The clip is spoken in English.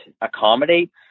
accommodates